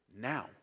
now